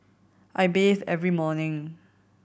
I bathe every morning